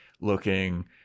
looking